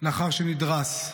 לאחר שנדרס.